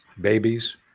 babies